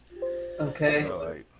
Okay